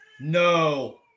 No